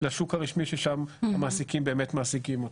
לשוק המשני ששם המעסיקים באמת מעסיקים אותם.